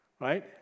right